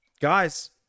guys